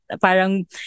parang